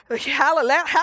hallelujah